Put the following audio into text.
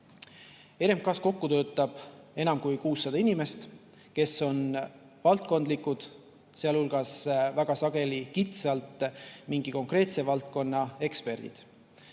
RMK‑s kokku töötab enam kui 600 inimest, kes on valdkondlikud [eksperdid], sealhulgas väga sageli kitsalt mingi konkreetse valdkonna eksperdid.